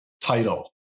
title